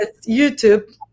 YouTube